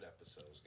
episodes